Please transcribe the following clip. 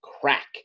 crack